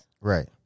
Right